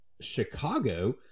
Chicago